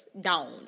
down